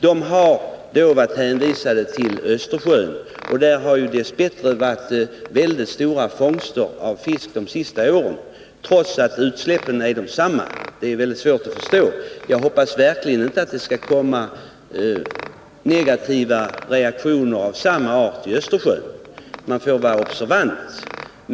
De har varit hänvisade till Östersjön, och där har dess bättre fångsterna av fisk varit väldigt stora de senaste åren, trots att utsläppen är desamma. Det är svårt att förstå. Jag hoppas verkligen att det inte skall komma negativa reaktioner av samma slag i Östersjön. Man får vara observant.